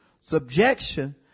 subjection